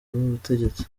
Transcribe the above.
ubutegetsi